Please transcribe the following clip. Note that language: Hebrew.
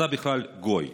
אתה בכלל גוי.